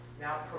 now